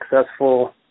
successful